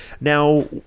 Now